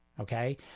okay